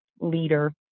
leader